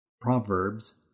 Proverbs